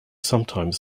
sometimes